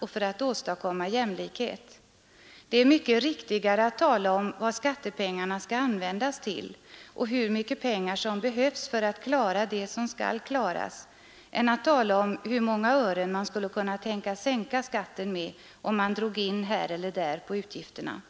och för att åstadkomma jämlikhet. Det är mycket riktigare att tala om vad skattepengarna skall användas till och hur mycket pengar som behövs för att klara det som skall klaras än att tala om hur många ören man skulle kunna tänkas sänka skatten med, om man drog in här eller där på utgifterna.